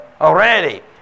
already